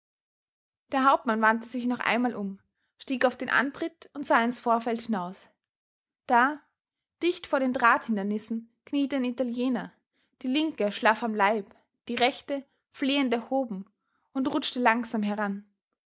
der hauptmann wandte sich noch einmal um stieg auf den antritt und sah ins vorfeld hinaus da dicht vor den drahthindernissen kniete ein italiener die linke schlaff am leib die rechte flehend erhoben und rutschte langsam heran